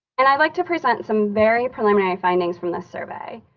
and i'd like to present some very preliminary findings from this survey.